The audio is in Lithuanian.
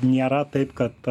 nėra taip kad